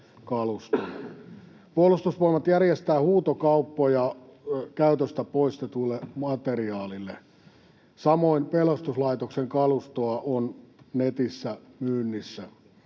Puolustusvoimat järjestää huutokauppoja käytöstä poistetulle materiaalille. Samoin pelastuslaitosten kalustoa on netissä myynnissä.